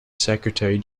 secretary